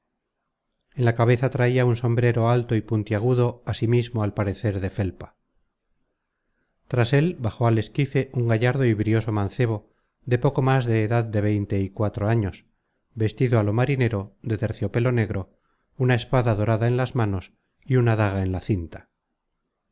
en la cabeza traia un sombrero alto y puntiagudo asimismo al parecer de felpa tras él bajó al esquife un gallardo y brioso mancebo de poco más edad de veinte y cuatro años vestido á lo marinero de terciopelo negro una espada dorada en las manos y una daga en la cinta